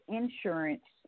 insurance